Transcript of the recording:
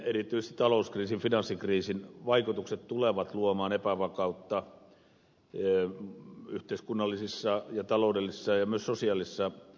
erityisesti talouskriisin finanssikriisin vaikutukset tulevat luomaan epävakautta yhteiskunnallisissa taloudellisissa ja myös sosiaalisissa olosuhteissa